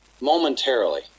momentarily